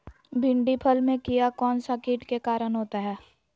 भिंडी फल में किया कौन सा किट के कारण होता है?